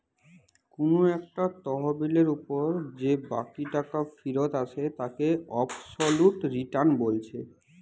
কুনু একটা তহবিলের উপর যে বাকি টাকা ফিরত আসে তাকে অবসোলুট রিটার্ন বলছে